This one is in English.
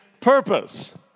purpose